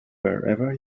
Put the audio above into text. wherever